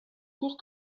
court